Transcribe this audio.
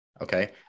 okay